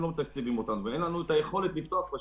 אין לנו את היכולת לפתוח.